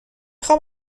خوام